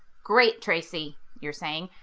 great tracie, you're saying,